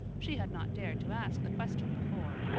she had not dared to ask the question before.